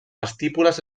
estípules